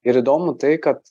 ir įdomu tai kad